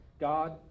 God